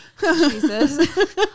Jesus